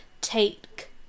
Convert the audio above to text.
take